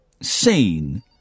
seen